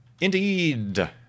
Indeed